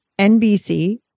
NBC